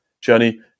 journey